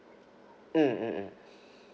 mm mm mm